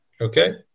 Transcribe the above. okay